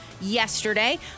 yesterday